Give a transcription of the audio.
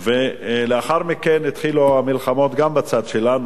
לאחר מכן התחילו המלחמות גם בצד שלנו,